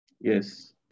Yes